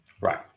right